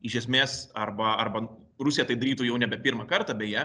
iš esmės arba arba rusija tai darytų jau nebe pirmą kartą beje